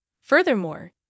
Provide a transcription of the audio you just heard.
Furthermore